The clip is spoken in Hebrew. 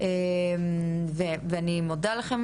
ועל כך אני מודה לכם.